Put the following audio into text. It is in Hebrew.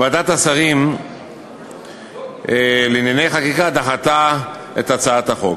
ועדת השרים לענייני חקיקה דחתה את הצעת החוק.